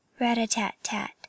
Rat-a-tat-tat